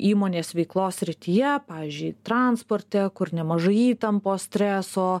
įmonės veiklos srityje pavyzdžiui transporte kur nemažai įtampos streso